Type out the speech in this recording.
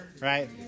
Right